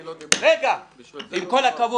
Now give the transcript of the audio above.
אני יודע --- בשביל זה לא --- עם כל הכבוד,